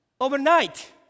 Overnight